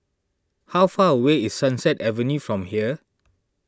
how far away is Sunset Avenue from here